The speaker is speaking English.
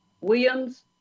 Williams